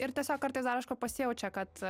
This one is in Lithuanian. ir tiesiog kartais dar aišku pasijaučia kad